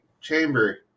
chamber